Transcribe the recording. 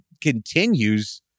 continues